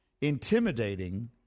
intimidating